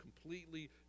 completely